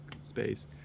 space